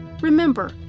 Remember